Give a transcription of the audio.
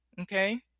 Okay